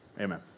Amen